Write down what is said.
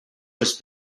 was